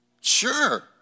Sure